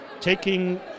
taking